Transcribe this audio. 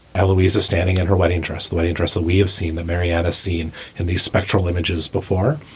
ah louise is standing in her wedding dress. the wedding dress. we've seen the mariana seen in these spectral images before.